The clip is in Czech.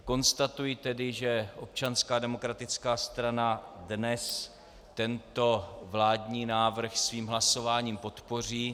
Konstatuji tedy, že Občanská demokratická strana dnes tento vládní návrh svým hlasováním podpoří.